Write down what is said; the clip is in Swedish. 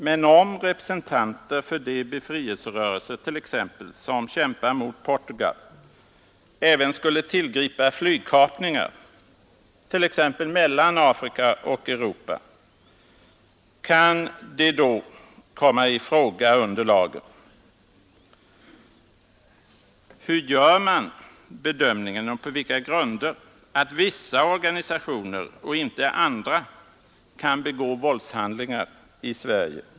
Men om representanter för de befrielserörelser t.ex. som kämpar mot Portugal även skulle tillgripa flygkapningar, exempelvis mellan Afrika och Europa, kan de då komma i fråga under lagen? Hur gör man bedömningen — och på vilka grunder — att vissa organisationer men inte andra kan begå våldshandlingar i Sverige?